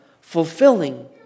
fulfilling